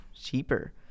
cheaper